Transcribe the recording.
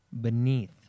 Beneath